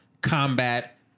combat